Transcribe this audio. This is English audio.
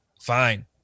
Fine